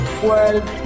world